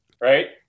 right